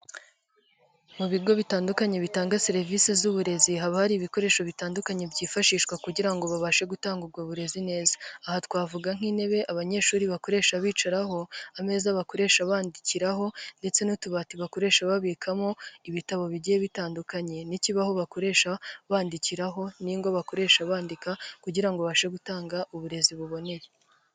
Mu bigo bitandukanye bitanga serivisi z'uburezi, haba hari ibikoresho bitandukanye byifashishwa kugira ngo babashe gutanga ubwo burezi neza. Aha twavuga nk'intebe abanyeshuri bakoresha bicaraho, ameza bakoresha bandikiraho ndetse n'utubati bakoresha, babikamo ibitabo bigiye bitandukanye, n'ikibaho bakoresha bandikiraho, n'ingwa bakoresha bandika kugira ngo babashe gutanga uburezi buboneye